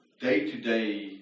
day-to-day